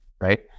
right